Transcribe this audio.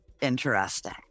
interesting